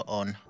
on